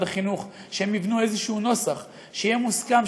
החינוך הוא שהם יבנו איזשהו נוסח שיהיה מוסכם,